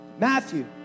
Matthew